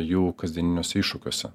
jų kasdieniniuose iššūkiuose